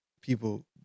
people